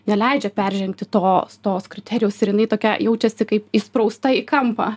neleidžia peržengti tos tos kriterijaus ir jinai tokia jaučiasi kaip įsprausta į kampą